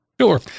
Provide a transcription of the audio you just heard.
Sure